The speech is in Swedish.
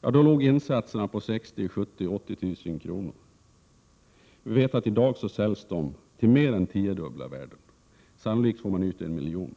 sedan. Då låg insatserna på 60 000—80 000 kr., och i dag säljs de till mer än tiodubbla värdet — sannolikt får man ut 1 miljon.